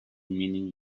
meaning